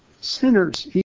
sinners